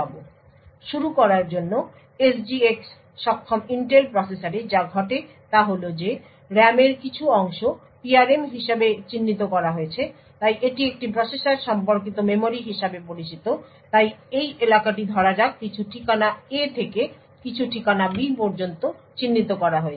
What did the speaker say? সুতরাং শুরু করার জন্য একটি SGX সক্ষম ইন্টেল প্রসেসরে যা ঘটে তা হল যে RAM এর কিছু অংশ PRM হিসাবে চিহ্নিত করা হয়েছে তাই এটি একটি প্রসেসর সম্পর্কিত মেমরি হিসাবে পরিচিত তাই এই এলাকাটি ধরা যাক কিছু ঠিকানা A থেকে কিছু ঠিকানা B পর্যন্ত চিহ্নিত করা হয়েছে